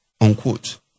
Unquote